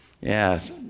Yes